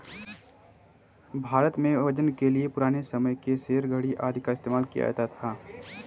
भारत में वजन के लिए पुराने समय के सेर, धडी़ आदि का इस्तेमाल किया जाता था